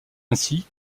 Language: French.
ainsi